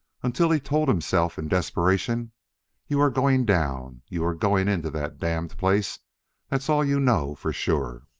until he told himself in desperation you're going down, you're going into that damned place that's all you know for sure.